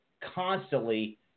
constantly